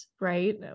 right